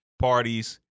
parties